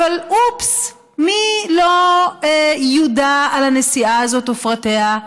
אבל אופס, מי לא יודע על הנסיעה הזאת ופרטיה?